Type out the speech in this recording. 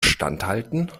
standhalten